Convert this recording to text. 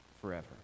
forever